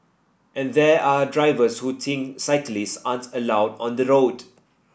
and there are drivers who think cyclists aren't allowed on the road